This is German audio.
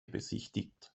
besichtigt